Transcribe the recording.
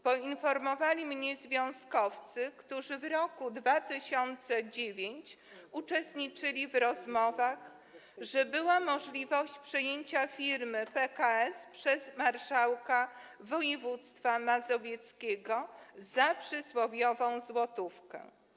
Poinformowali mnie związkowcy, którzy w roku 2009 uczestniczyli w rozmowach, że była możliwość przejęcia firmy PKS przez marszałka województwa mazowieckiego za przysłowiową złotówkę.